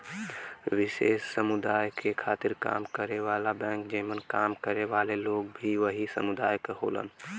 विशेष समुदाय के खातिर काम करे वाला बैंक जेमन काम करे वाले लोग भी वही समुदाय क होलन